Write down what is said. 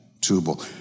Tubal